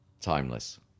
timeless